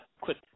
quick